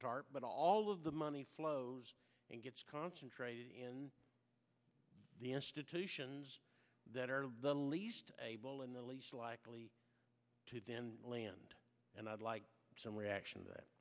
of tarp but all of the money flows and gets concentrated in the institutions that are the least able in the least likely to then land and i'd like some reaction that